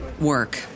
work